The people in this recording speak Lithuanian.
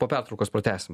po pertraukos pratęsim